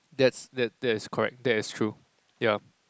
that that's that is correct that is true yup